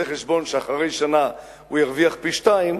חשבון שאחרי שנה הוא ירוויח פי-שניים,